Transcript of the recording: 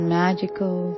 magical